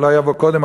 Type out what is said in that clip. ואולי יבוא קודם,